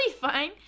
fine